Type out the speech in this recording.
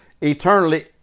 eternally